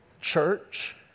Church